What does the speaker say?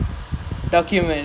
orh doc